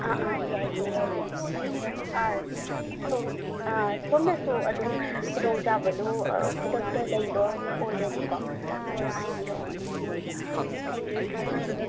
ꯑꯥ ꯑꯥ ꯌꯥꯏꯌꯦ ꯌꯥꯏꯌꯦ ꯁꯣꯝ ꯑꯥ ꯁꯣꯝꯅꯁꯨ ꯑꯗꯨꯝ ꯈꯨꯗꯣꯡ ꯆꯥꯕꯗꯣ ꯈꯨꯗꯛꯇ ꯂꯩꯕ ꯑꯣꯏꯔꯗꯤꯀꯣ ꯑꯗꯨꯝ ꯍꯥꯏꯕꯤꯔꯛꯑꯣꯅꯦ ꯑꯥ ꯊꯥꯡꯀꯤꯌꯨ ꯊꯥꯡꯀꯤꯌꯨ ꯑꯥ ꯑꯥ